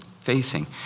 facing